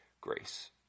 grace